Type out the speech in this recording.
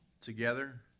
together